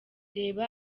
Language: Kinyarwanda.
reba